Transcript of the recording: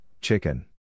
chicken